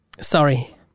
sorry